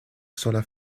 sola